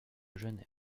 genève